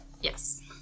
Yes